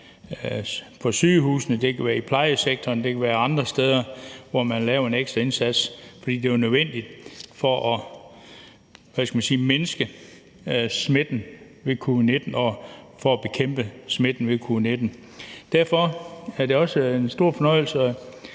på sygehusene, det kan være i plejesektoren, og det kan være andre steder, man har ydet en ekstra indsats, fordi det var nødvendigt for at mindske smitten med covid-19, for at bekæmpe smitten med covid-19. Derfor er det også en stor fornøjelse